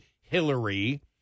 Hillary